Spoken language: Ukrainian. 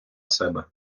себе